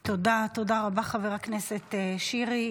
תודה, תודה רבה, חבר הכנסת שירי.